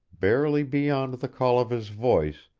barely beyond the call of his voice,